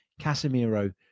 Casemiro